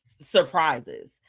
surprises